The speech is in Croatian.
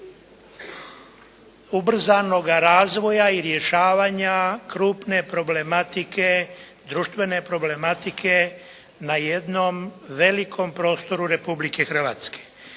ubrzanoga razvoja i rješavanja krupne problematike, društvene problematike na jednom velikom prostoru Republike Hrvatske.